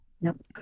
Nope